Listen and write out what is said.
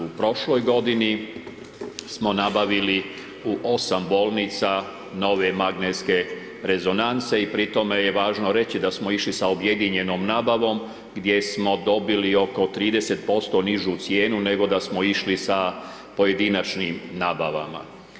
U prošloj godini smo nabavili u 8 bolnica nove magnetske rezonance i pri tome je važno reći da smo išli sa objedinjenom nabavom gdje smo dobili oko 30% nižu cijenu nego da smo išli sa pojedinačnim nabavama.